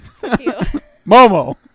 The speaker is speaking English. Momo